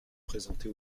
présenté